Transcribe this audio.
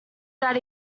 that